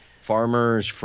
Farmers